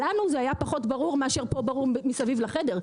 לנו זה היה פחות ברור מאשר שהיה ברור למי שכאן מסביב לחדר,